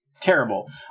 terrible